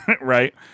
Right